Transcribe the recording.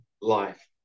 life